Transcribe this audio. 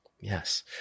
yes